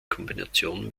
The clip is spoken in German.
kombination